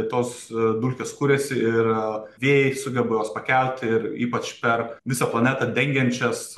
tos dulkės kuriasi ir vėjai sugeba juos pakelti ir ypač per visą planetą dengiančias